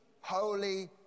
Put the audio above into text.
holy